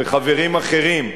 וחברים אחרים.